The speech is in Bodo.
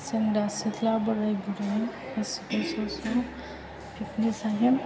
सेंग्रा सिख्ला बोराय बुरै गासिबो ज' ज' पिकनिक जायो